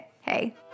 hey